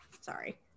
Sorry